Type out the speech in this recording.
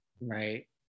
right